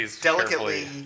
delicately